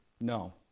no